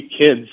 kids